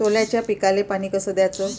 सोल्याच्या पिकाले पानी कस द्याचं?